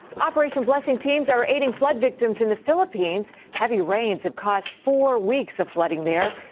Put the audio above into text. operation blessing teams are aiding flood victims in the philippines. heavy rains have caused four weeks of flooding there.